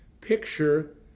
picture